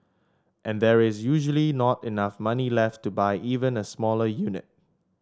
and there is usually not enough money left to buy even a smaller unit